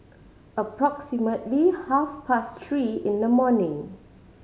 approximately half past three in the morning